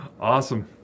Awesome